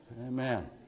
Amen